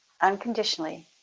unconditionally